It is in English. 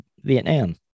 Vietnam